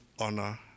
honor